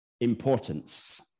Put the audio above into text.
importance